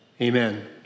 amen